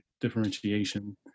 differentiation